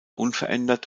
unverändert